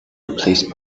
replaced